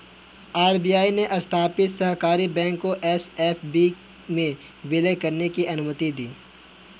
RBI ने स्थापित सहकारी बैंक को एस.एफ.बी में विलय करने की अनुमति दी